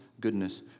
goodness